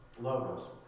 logos